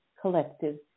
collective